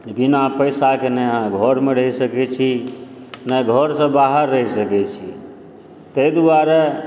बिना पैसाके नहि अहाँ घरमे रहि सकय छी नहि घरसँ बाहर रहि सकय छी ताहि दुआरे